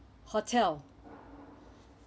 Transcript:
hotel